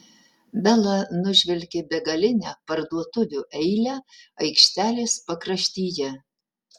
bela nužvelgė begalinę parduotuvių eilę aikštelės pakraštyje